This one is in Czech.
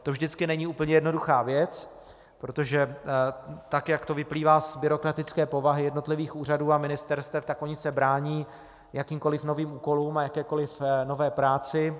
To vždycky není úplně jednoduchá věc, protože jak to vyplývá z byrokratické povahy jednotlivých úřadů a ministerstev, tak ony se brání jakýmkoliv novým úkolům a jakékoliv nové práci.